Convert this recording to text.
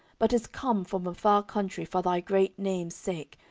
but is come from a far country for thy great name's sake,